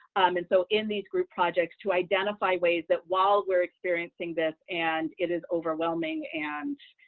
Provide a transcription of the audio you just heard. and so in these group projects to identify ways that while we're experiencing this and it is overwhelming and